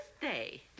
birthday